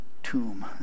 tomb